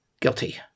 guilty